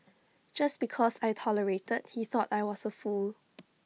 just because I tolerated he thought I was A fool